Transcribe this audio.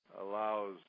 allows